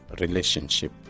relationship